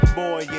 boy